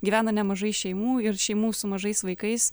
gyvena nemažai šeimų ir šeimų su mažais vaikais